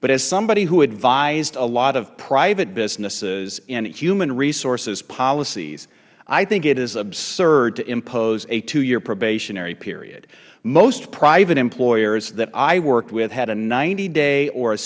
but as somebody who advised a lot of private businesses on human resources policies i think it is absurd to impose a two year probationary period most private employers that i worked with had a ninety